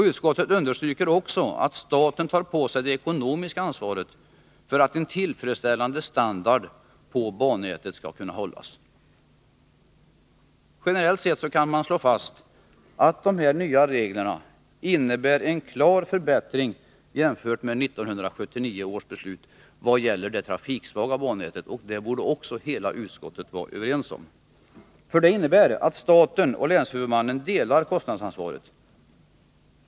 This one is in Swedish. Utskottet understryker också att staten tar på sig det ekonomiska ansvaret för att en tillfredsställande standard skall kunna hållas på bannätet. Generellt kan man slå fast att de nya reglerna innebär en klar förbättring jämfört med 1979 års beslut när det gäller det trafiksvaga bannätet, och det borde också utskottet vara enigt om. Det innebär att staten och länshuvudmannen delar kostnadsansvaret.